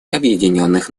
объединенных